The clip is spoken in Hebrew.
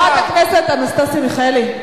חברת הכנסת אנסטסיה מיכאלי.